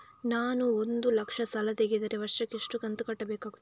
ನಾನು ಒಂದು ಲಕ್ಷ ಸಾಲ ತೆಗೆದರೆ ವರ್ಷಕ್ಕೆ ಎಷ್ಟು ಕಂತು ಕಟ್ಟಬೇಕಾಗುತ್ತದೆ?